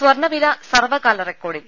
സ്വർണവില സർവ്വകാല റെക്കോഡിൽ